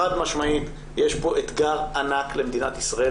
חד-משמעית יש פה אתגר ענק למדינת ישראל.